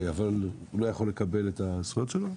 אבל הוא לא יכול לקבל את הזכויות שלו,